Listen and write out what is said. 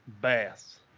bass